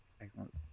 excellent